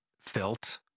felt